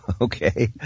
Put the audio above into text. Okay